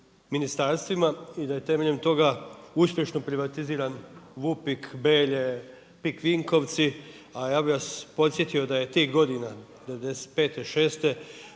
ministarstvima i da je temeljem toga uspješno privatiziran VUPIK, Belje, PIK Vinkovci, a ja bih vas podsjetio da je tih godina '95.,